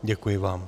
Děkuji vám.